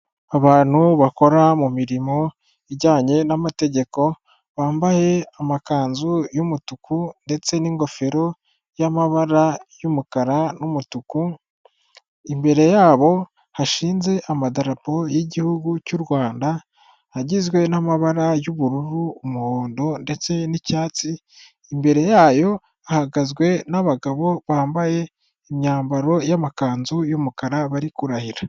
Abantu bakora mu mirimo ijyanye n'amategeko, bambaye amakanzu y'umutuku ndetse n'ingofero y'amabara y'umukara n'umutuku, imbere yabo hashinze amadarapo y'igihugu cy'u Rwanda, agizwe n'amabara y'ubururu, umuhondo ndetse n'icyatsi, imbere yayo hahagazwe n'abagabo bambaye imyambaro y'amakanzu y'umukara bari kurahira.